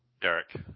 Derek